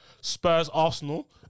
Spurs-Arsenal